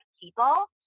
people